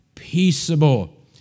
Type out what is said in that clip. Peaceable